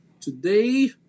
today